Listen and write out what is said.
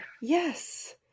yes